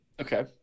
Okay